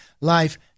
life